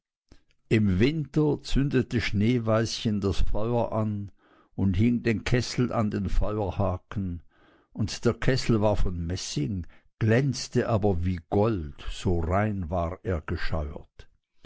im winter zündete schneeweißchen das feuer an und hing den kessel an den feuerhaken und der kessel war von messing glänzte aber wie gold so rein war er gescheuert